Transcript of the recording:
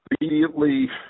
immediately